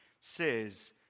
says